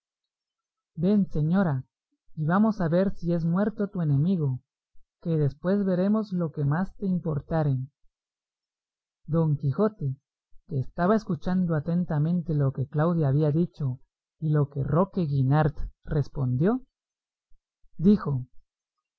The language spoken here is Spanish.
ven señora y vamos a ver si es muerto tu enemigo que después veremos lo que más te importare don quijote que estaba escuchando atentamente lo que claudia había dicho y lo que roque guinart respondió dijo